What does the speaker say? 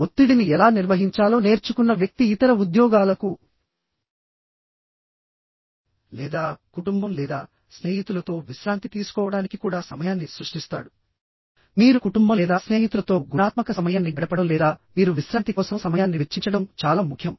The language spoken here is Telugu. ఒత్తిడిని ఎలా నిర్వహించాలో నేర్చుకున్న వ్యక్తి ఇతర ఉద్యోగాలకు లేదా కుటుంబం లేదా స్నేహితులతో విశ్రాంతి తీసుకోవడానికి కూడా సమయాన్ని సృష్టిస్తాడు మీరు కుటుంబం లేదా స్నేహితులతో గుణాత్మక సమయాన్ని గడపడం లేదా మీరు విశ్రాంతి కోసం సమయాన్ని వెచ్చించడం చాలా ముఖ్యం